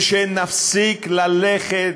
ושנפסיק ללכת,